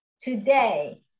today